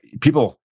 People